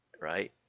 right